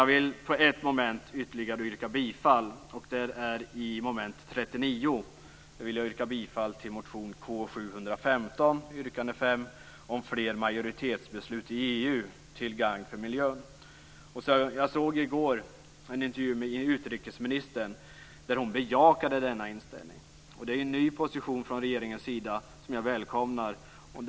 Jag vill under ytterligare ett moment yrka bifall, nämligen under mom. 39 där jag vill yrka bifall till motion K715, yrkande 5, om fler majoritetsbeslut i EU till gagn för miljön. Jag såg i går en intervju med utrikesministern där hon bejakade denna inställning. Det är en ny position från regeringens sida som jag välkomnar.